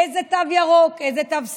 איזה תו ירוק, איזה תו סגול,